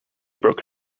broke